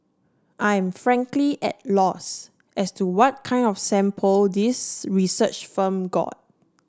I am frankly at loss as to what kind of sample this research firm got